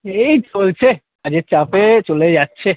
এই চলছে কাজের চাপে চলে যাচ্ছে